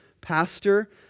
pastor